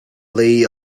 lay